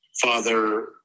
father